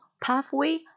pathway